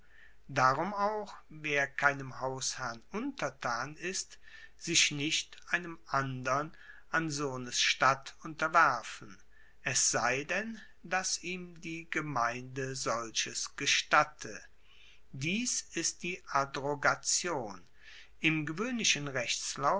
darum auch wer keinem hausherrn untertan ist sich nicht einem andern an sohnes statt unterwerfen es sei denn dass ihm die gemeinde solches gestatte dies ist die adrogation im gewoehnlichen rechtslauf